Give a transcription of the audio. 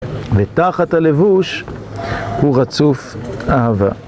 ותחת הלבוש הוא רצוף אהבה